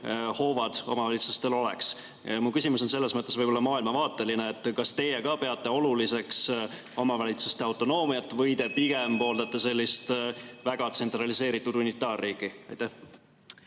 hoovad omavalitsustel oleks. Mu küsimus on selles mõttes võib-olla maailmavaateline. Kas teie ka peate oluliseks omavalitsuste autonoomiat või te pigem pooldate väga tsentraliseeritud unitaarriiki? Aitäh,